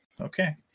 Okay